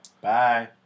Bye